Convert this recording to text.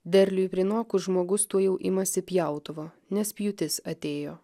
derliui prinokus žmogus tuojau imasi pjautuvo nes pjūtis atėjo